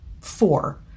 four